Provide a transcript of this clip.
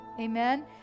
amen